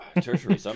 tertiary